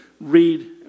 read